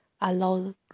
Allow